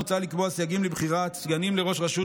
מוצע לקבוע סייגים לבחירת סגנים לראש רשות